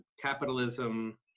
capitalism